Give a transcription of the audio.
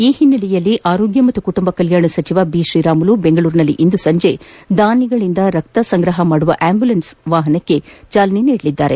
ಈ ಹಿನ್ನೆಲೆಯಲ್ಲಿ ಆರೋಗ್ಯ ಮತ್ತು ಕುಟುಂಬ ಕಲ್ಲಾಣ ಸಚಿವ ಬಿತ್ರೀರಾಮುಲು ಬೆಂಗಳೂರಿನಲ್ಲಿಂದು ಸಂಜೆ ದಾನಿಗಳಿಂದ ರಕ್ತ ಸಂಗ್ರಹ ಮಾಡುವ ಆಂಬ್ಬುಲೆನ್ಸ್ ವಾಹನಕ್ಕೆ ಚಾಲನೆ ನೀಡಲಿದ್ದಾರೆ